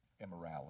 immorality